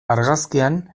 argazkian